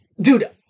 dude